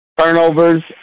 Turnovers